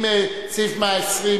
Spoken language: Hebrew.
אם סעיף 120,